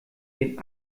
den